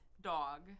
dog